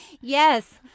Yes